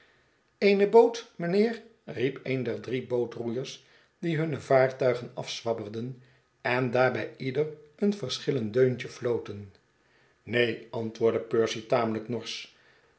eene boot mynheer riep een der drie bootroeiers die hunne vaartuigen afzwabberden en daarbij ieder een verschillend deuntje floten neen antwoord de percy tamelijk norsch